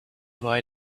boy